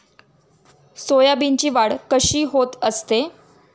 सोयाबीनची वाढ कशी होत असते?